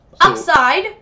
Upside